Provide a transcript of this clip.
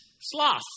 sloth